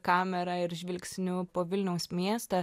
kamera ir žvilgsniu po vilniaus miestą